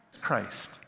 Christ